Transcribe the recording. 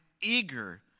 eager